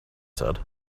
said